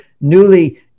newly